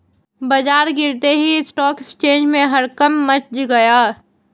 बाजार गिरते ही स्टॉक एक्सचेंज में हड़कंप मच गया